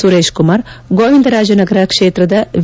ಸುರೇಶ್ ಕುಮಾರ್ ಗೋವಿಂದರಾಜನಗರ ಕ್ಷೇತ್ರದ ವಿ